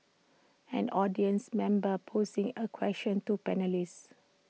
an audience member posing A question to panellists